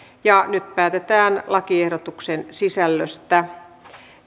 kuusi nyt päätetään lakiehdotusten sisällöstä